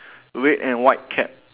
red and white cap